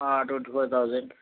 twenty five thousand